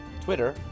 Twitter